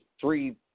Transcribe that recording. three